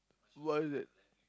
why is that